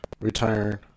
return